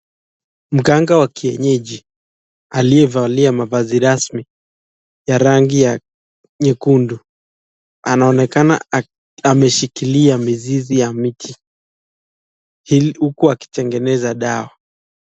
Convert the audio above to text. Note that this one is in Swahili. Mga'nga wa kienyeji, aliyevalia mavazi rasmi ya rangi nyekundu, anaonekana ameshikilia mizizi ya miti, huku aki tengeneza dawa.